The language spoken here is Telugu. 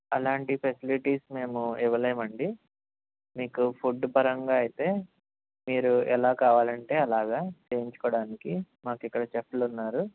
అలాంటి ఫెసిలిటీస్ మేము ఇవ్వలేమండి మీకు ఫుడ్ పరంగా అయితే మీరు ఎలా కావాలంటే అలాగా చేయించుకోవడానికి మాకు ఇక్కడ వ్యక్తులున్నారు